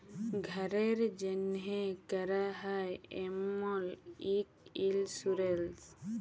ঘ্যরের জ্যনহে ক্যরা হ্যয় এমল ইক ইলসুরেলস